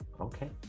Okay